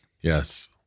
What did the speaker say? Yes